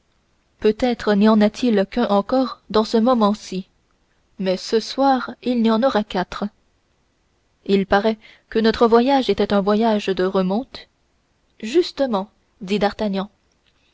peut-être n'y en a-t-il qu'un encore dans ce moment-ci mais ce soir il y en aura quatre il paraît que notre voyage était un voyage de remonte justement dit d'artagnan